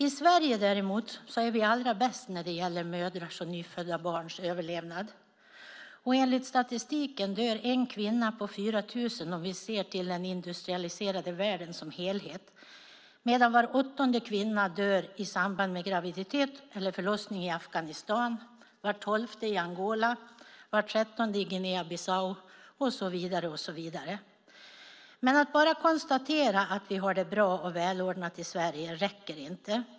I Sverige, däremot, är vi allra bäst när det gäller mödrars och nyfödda barns överlevnad. Enligt statistiken dör en kvinna på 4 000 om vi ser till den industrialiserade världen som helhet, medan var åttonde kvinna dör i samband med graviditet eller förlossning i Afghanistan, var tolfte i Angola, var trettonde i Guinea Bissau och så vidare. Att bara konstatera att vi har det bra och välordnat i Sverige räcker inte.